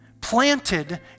planted